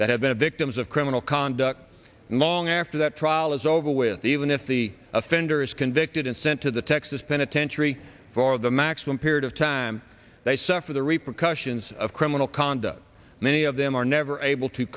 that have been victims of criminal conduct and long after that trial is over with even if the offender is convicted and sent to the texas penitentiary for the maximum period of time they suffer the repercussions of criminal conduct many of them are never able to